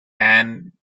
anne